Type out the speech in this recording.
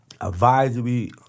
advisory